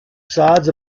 facades